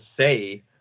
say